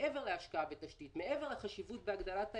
מעבר להשקעה בתשתית,